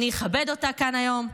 אני אכבד אותה כאן היום,